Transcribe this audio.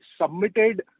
submitted